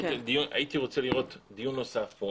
הייתי רוצה לראות דיון נוסף פה,